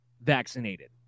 vaccinated